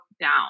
down